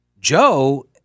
Joe